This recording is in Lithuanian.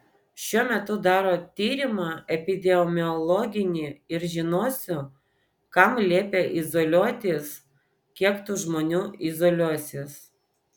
šiuo metu daro tyrimą epidemiologinį ir žinosiu kam liepia izoliuotis kiek tų žmonių izoliuosis